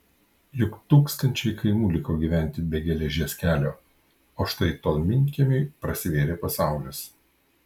juk tūkstančiai kaimų liko gyventi be geležies kelio o štai tolminkiemiui prasivėrė pasaulis